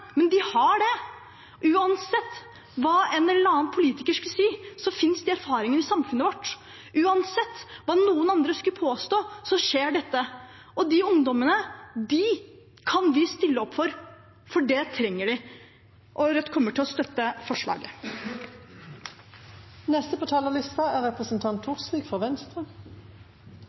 men de har det. Uansett hva en eller annen politiker skulle si, finnes de erfaringene i samfunnet vårt. Uansett hva noen andre skulle påstå, skjer dette. De ungdommene kan vi stille opp for, for det trenger de, og Rødt kommer til å støtte forslaget. Venstre vil uttrykke sin fulle støtte til forslaget fra